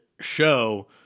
show